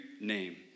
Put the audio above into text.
name